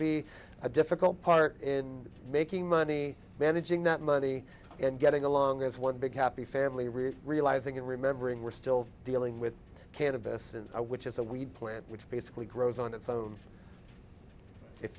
be a difficult part in making money managing that money and getting along as one big happy family really realising and remembering we're still dealing with cannabis which is a weed plant which basically grows on its own if